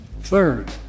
Third